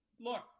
look